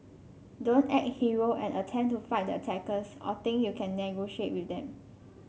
don't act hero and attempt to fight the attackers or think you can negotiate with them